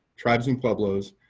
tribes and pueblos,